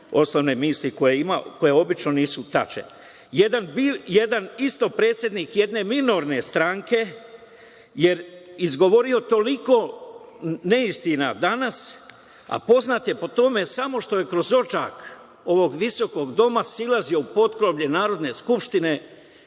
osnovne misli koje obično nisu tačne. Jedan predsednik jedne minorne stranke je izgovorio toliko neistina danas, a poznat je po tome samo što je kroz odžak ovog visokog doma silazio u potkrovlje Narodne skupštine